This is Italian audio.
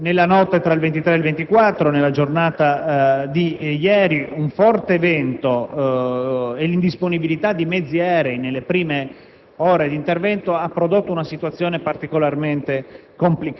nella notte tra il 23 e il 24, e nella giornata di ieri, si è sollevato un forte vento: l'indisponibilità di mezzi aerei nelle prime ore di intervento ha prodotto una situazione particolarmente complicata.